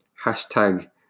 Hashtag